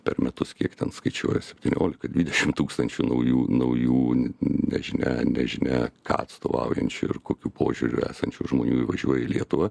per metus kiek ten skaičiuoja septyniolika dvidešimt tūkstančių naujų naujų nežinia nežinia ką atstovaujančių ir kokiu požiūriu esančių žmonių įvažiuoja į lietuvą